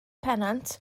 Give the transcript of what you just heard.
pennant